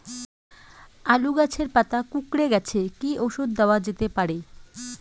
আলু গাছের পাতা কুকরে গেছে কি ঔষধ দেওয়া যেতে পারে?